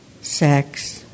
sex